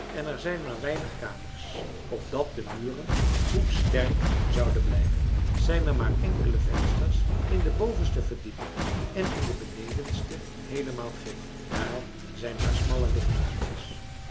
en er zijn maar weinig kamers opdat de muren goed sterk zouden blijven zijn er maar enkele vensters in de bovenste verdiepingen en in de benedenste heelemaal geen daar zijn maar smalle